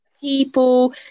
people